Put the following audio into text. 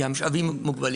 כי המשאבים מוגבלים.